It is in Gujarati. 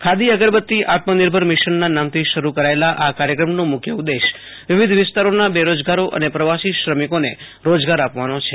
ખાદી અગરબત્તી આત્મનિર્ભર મીશનના નામથી શરૂ કરાયેલા આ કાર્યક્રમનો મુખ્ય ઉદ્દેશ વીવિધ વિસ્તારોના બેરોજગારો અને પ્રવાસી શ્રમીકોને રોજગાર આપવાનો છે